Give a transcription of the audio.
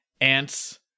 Ants